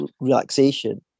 relaxation